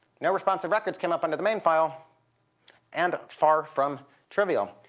no responsive records come up under the main file and far from trivial.